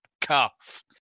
cuff